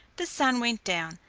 the sun went down,